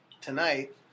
tonight